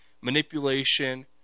manipulation